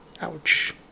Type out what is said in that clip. Ouch